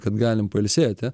kad galim pailsėti